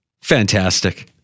Fantastic